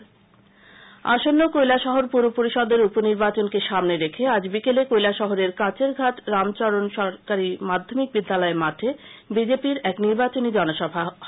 BJP আসন্ন কৈলাসহর পুর পরিষদের উপনির্বাচনকে সামনে রেখে আজ বিকেলে কৈলাসহরের কাচেরঘাট রামচরণ সরকারী মাধ্যমিক বিদ্যালয় মাঠে বিজেপির এক নির্বাচনী জনসভা হয়